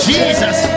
Jesus